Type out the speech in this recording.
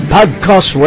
Podcast